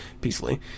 peacefully